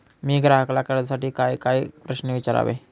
मी ग्राहकाला कर्जासाठी कायकाय प्रश्न विचारावे?